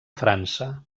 frança